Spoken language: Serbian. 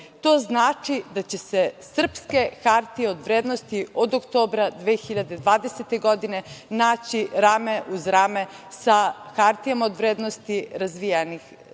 To znači da će se srpske hartije od vrednosti od oktobra 2020. godine naći rame uz rame sa hartijama od vrednosti razvijenih